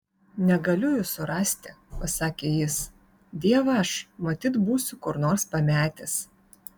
negaliu jų surasti pasakė jis dievaž matyt būsiu kur nors pametęs